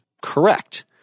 correct